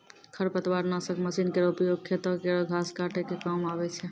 खरपतवार नासक मसीन केरो उपयोग खेतो केरो घास काटै क काम आवै छै